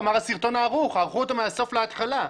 הוא אמר שהסרטון ערוך, שערכו אותו מהסוף להתחלה.